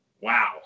Wow